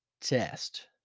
test